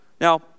Now